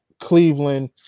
Cleveland